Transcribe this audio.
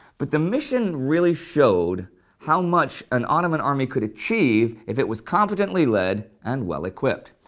but the mission really showed how much an ottoman army could achieve if it was competently led and well-equipped.